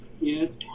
Yes